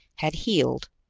had healed.